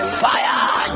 fire